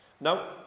Now